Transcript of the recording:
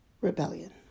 rebellion